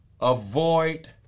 Avoid